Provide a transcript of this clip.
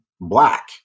black